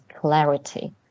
clarity